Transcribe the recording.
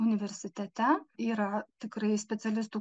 universitete yra tikrai specialistų